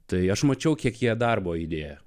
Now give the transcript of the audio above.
tai aš mačiau kiek jie darbo įdėjo